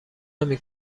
نمی